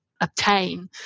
obtain